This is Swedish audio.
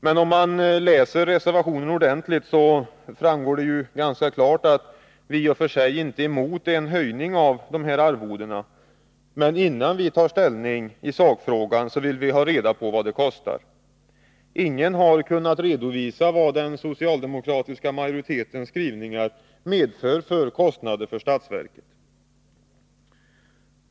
Men läser man reservationen ordentligt, framgår det ganska klart att vi i och för sig inte är emot en höjning av arvodena. Men innan vi tar ställning i sakfrågan, vill vi ha reda på vad det kostar. Ingen har kunnat redovisa vad den socialdemokratiska majoritetens skrivningar innebär för kostnader för statsverket.